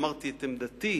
אמרתי את עמדתי,